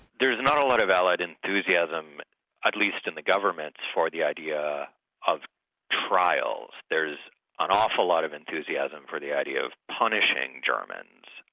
there's not a lot of allied enthusiasm at least in the government, for the idea of trials. there is an awful lot of enthusiasm for the idea of punishing germans,